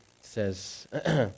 says